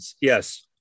Yes